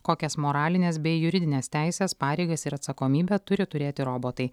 kokias moralines bei juridines teises pareigas ir atsakomybę turi turėti robotai